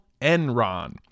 Enron